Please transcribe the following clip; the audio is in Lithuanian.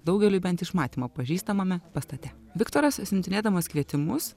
daugeliui bent iš matymo pažįstamame pastate viktoras siuntinėdamas kvietimus